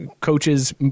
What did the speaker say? coaches